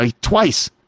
twice